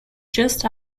just